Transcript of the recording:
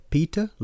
Peter